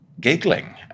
giggling